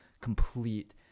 complete